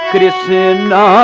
Krishna